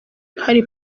hari